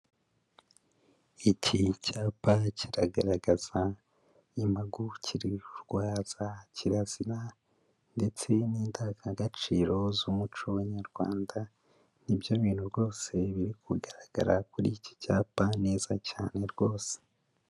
Iki cyapa kiragaragaza impagukirwa za kirazira ndetse n'indangagaciro z'umuco Nyarwanda, ni byo bintu rwose birikugaragara kuri iki cyapa neza cyane rwose.